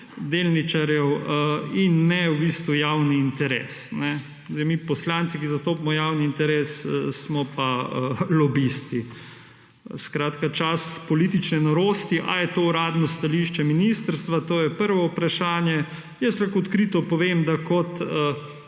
delničarjev; in ne v bistvu javnega interesa. Mi poslanci, ki zastopamo javni interes, smo pa lobisti. Skratka, čas politične norosti. Ali je to uradno stališče ministrstva? To je prvo vprašanje. Jaz lahko odkrito povem, da kot